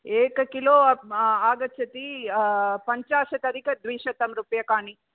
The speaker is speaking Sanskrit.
एकं किलो आगच्छति पञ्चाशत् अधिकद्विशतं रूप्यकाणि